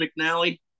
McNally